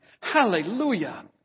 Hallelujah